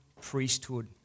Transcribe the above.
priesthood